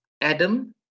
Adam